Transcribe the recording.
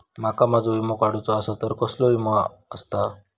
माका माझो विमा काडुचो असा तर कसलो विमा आस्ता?